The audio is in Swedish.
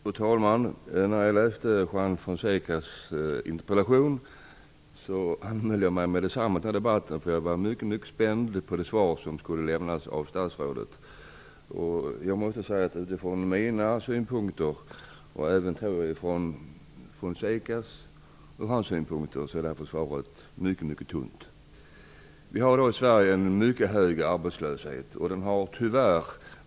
Fru talman! När jag läste Juan Fonsecas interpellation anmälde jag mig med detsamma till den här debatten eftersom jag var mycket spänd på det svar som skulle lämnas av statsrådet. Utifrån mina synpunkter, och även utifrån Juan Fonsecas tror jag, är det här svaret mycket tunt. Vi har en mycket hög arbetslöshet i Sverige i dag.